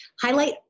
Highlight